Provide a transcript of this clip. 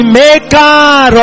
maker